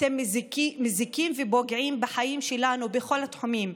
אתם מזיקים ופוגעים בחיים שלנו בכל התחומים.